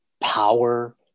power